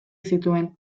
zituen